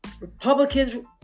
Republicans